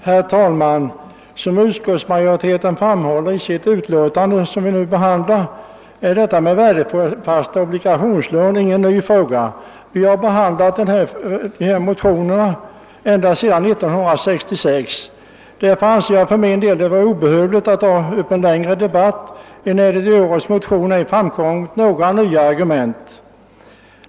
Herr talman! Som utskottsmajoriteten framhåller i det utlåtande som här föreligger är förslaget om ett värdefast obligationslån inte någon ny fråga. Vi har behandlat liknande motioner ända sedan 1966. Därför anser jag det för min del vara obehövligt att nu ta upp en längre debatt, särskilt som det i årets motioner icke framkommit några nya argument.